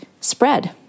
spread